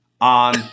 on